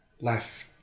left